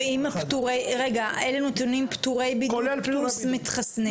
אלה נתונים פטורי בידוד פלוס מתחסנים.